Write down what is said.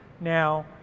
Now